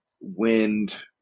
wind